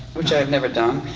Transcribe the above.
which i've never done.